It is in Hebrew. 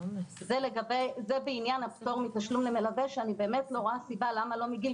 זה בעניין הפטור מתשלום למלווה שאני באמת לא רואה סיבה למה לא מגיל